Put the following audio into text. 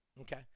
Okay